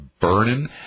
burning